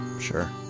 Sure